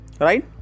Right